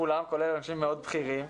כולל אנשים מאוד בכירים,